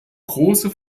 große